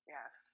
Yes